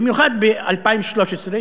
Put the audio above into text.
במיוחד ב-2013,